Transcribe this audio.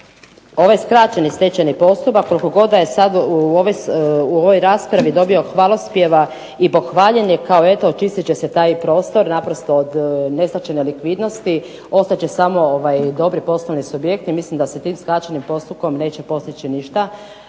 ovaj skraćeni stečajni postupak, koliko god da je sad u ovoj raspravi dobio hvalospjeva i pohvaljen je kao eto očistit će se taj prostor, naprosto od, nestat će nelikvidnosti, ostat će samo dobri poslovni subjekti, mislim da se tim skraćenom postupkom neće postići ništa,